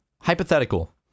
Hypothetical